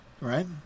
right